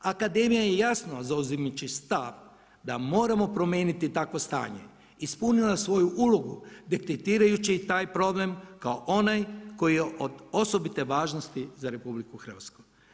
Akademija je jasno, zauzimajući stav, da moramo promijeniti takvo stanje, ispunila svoju ulogu, detektirajući taj problem, kao onaj koji je od osobite važnosti za RH.